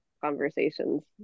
conversations